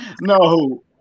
No